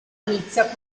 inizia